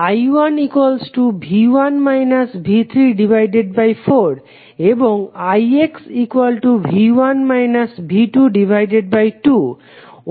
I1 V1 V34 এবং ix V1 V22